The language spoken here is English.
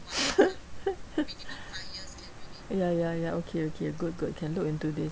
ya ya ya okay okay good good can look into this